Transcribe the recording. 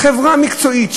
חברה מקצועית,